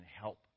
help